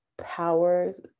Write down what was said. powers